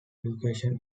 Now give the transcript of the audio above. education